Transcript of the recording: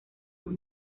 sus